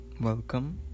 welcome